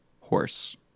horse